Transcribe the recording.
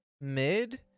mid